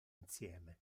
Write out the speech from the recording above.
insieme